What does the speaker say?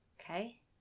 Okay